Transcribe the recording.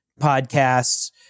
podcasts